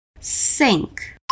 Sink